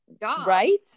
right